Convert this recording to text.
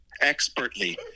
Expertly